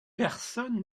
personne